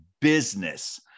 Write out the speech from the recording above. business